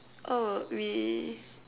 oh we